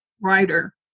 writer